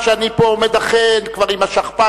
שאני פה עומד הכן עם השכפ"ץ,